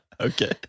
Okay